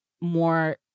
more